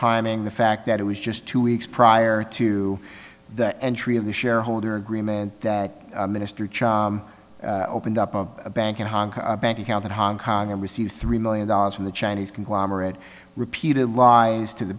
timing the fact that it was just two weeks prior to the entry of the shareholder agreement minister opened up a bank in hong kong bank account in hong kong and received three million dollars from the chinese conglomerate repeated lies to the